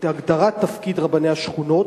הגדרת תפקיד רבני השכונות,